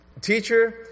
Teacher